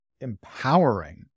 empowering